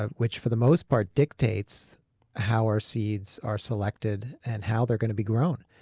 ah which for the most part dictates how our seeds are selected and how they're going to be grown.